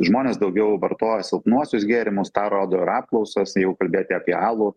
žmonės daugiau vartoja silpnuosius gėrimus tą rodo ir apklausos jeigu kalbėti apie alų